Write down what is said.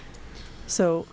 so